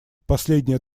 последняя